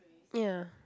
ya